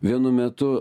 vienu metu